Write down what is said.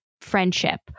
friendship